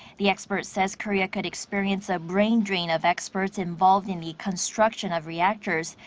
the expert says korea could experience a brain drain of experts involved in the construction of reactors.